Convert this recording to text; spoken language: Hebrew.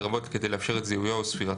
לרבות כדי לאפשר את זיהויו וספירתו,